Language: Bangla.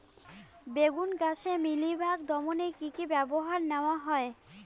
লেবু গাছে মিলিবাগ দমনে কী কী ব্যবস্থা নেওয়া হয়?